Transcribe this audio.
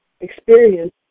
experience